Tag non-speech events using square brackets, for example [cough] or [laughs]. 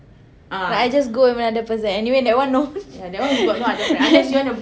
like I just go with another person anyway that one no [laughs]